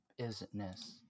isness